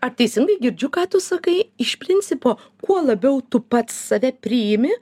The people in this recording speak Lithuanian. ar teisingai girdžiu ką tu sakai iš principo kuo labiau tu pats save priimi